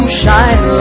shine